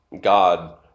God